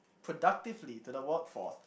productively to the workforce